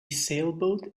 sailboat